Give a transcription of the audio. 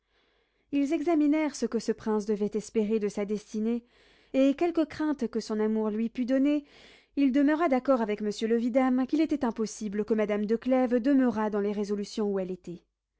ils examinèrent ce que ce prince devait espérer de sa destinée et quelques craintes que son amour lui pût donner il demeura d'accord avec monsieur le vidame qu'il était impossible que madame de clèves demeurât dans les résolutions où elle était